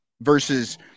versus